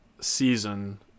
season